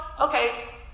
okay